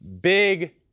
big